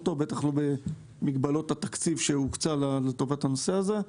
בטח לא במגבלות התקציב שהוקצה לטובת הנושא הזה.